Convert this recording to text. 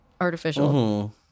artificial